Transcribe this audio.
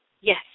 Yes